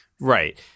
Right